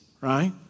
right